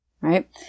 right